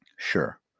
sure